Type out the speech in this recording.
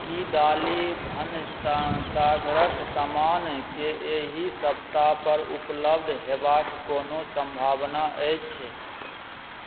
की दालि भनसाघरक समानके एहि सप्ताह पर उपलब्ध हेबाक कोनो सम्भावना अछि